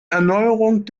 erneuerung